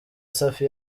safi